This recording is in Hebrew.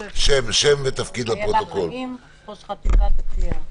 שאנשים יכולים לשהות לפעמים גם